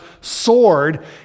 sword